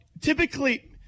typically